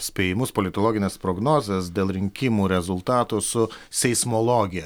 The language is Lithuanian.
spėjimus politologines prognozes dėl rinkimų rezultatų su seismologija